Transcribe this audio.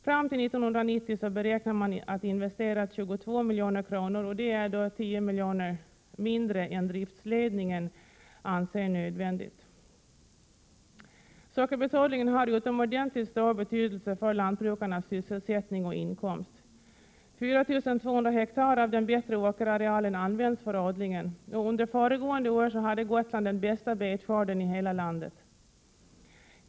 Fram till 1990 beräknar man investera 22 milj.kr., vilket är 10 milj.kr. mindre än driftsledningen anser nödvändigt. Sockerbetsodlingen har utomordentligt stor betydelse för lantbrukarnas sysselsättning och inkomst. 4 200 ha av den bättre åkerarealen används för odlingen, och under föregående år hade Gotland den bästa betskörden i hela landet.